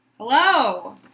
Hello